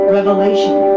Revelation